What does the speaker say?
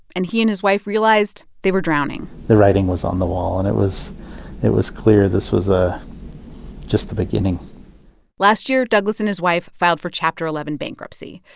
and he and his wife realized they were drowning the writing was on the wall, and it was it was clear this was ah just the beginning last year, douglas and his wife filed for chapter eleven bankruptcy.